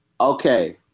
okay